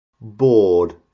bored